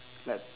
like